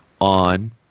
on